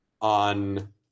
on